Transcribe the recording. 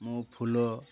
ମୁଁ ଫୁଲ